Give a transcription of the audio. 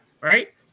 right